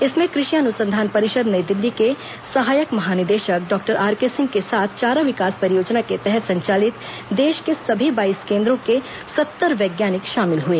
इसमें क्रषि अनुसंधान परिषद नई दिल्ली के सहायक महानिदेशक डॉक्टर आरके सिंह के साथ चारा विकास परियोजना के तहत संचालित देश के सभी बाईस केन्द्रों के सत्तर वैज्ञानिक शामिल हुए